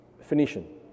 Phoenician